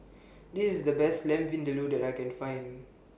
This IS The Best Lamb Vindaloo that I Can Find